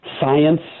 science